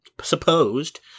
supposed